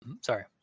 sorry